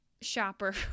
shopper